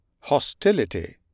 Hostility